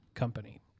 company